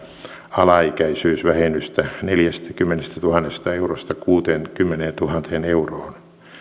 alaikäisyysvähennystä neljästäkymmenestätuhannesta eurosta kuuteenkymmeneentuhanteen euroon